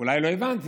אולי לא הבנתי,